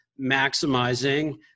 maximizing